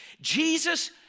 Jesus